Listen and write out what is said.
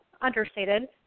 understated